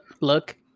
look